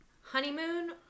Honeymoon